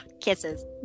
Kisses